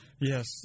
Yes